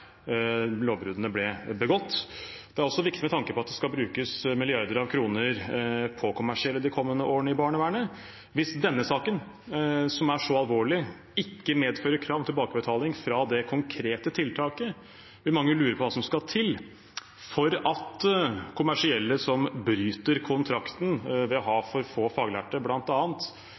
lovbruddene ble begått. Det er også viktig med tanke på at det skal brukes milliarder av kroner på kommersielle i barnevernet de kommende årene. Hvis denne saken, som er så alvorlig, ikke medfører krav om tilbakebetaling fra det konkrete tiltaket, vil mange lure på hva som skal til for at kommersielle som bryter kontrakten, bl.a. ved å ha for få faglærte,